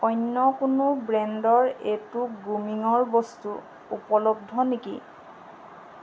অন্য কোনো ব্ৰেণ্ডৰ এইটো গ্ৰুমিঙৰ বস্তু উপলব্ধ নেকি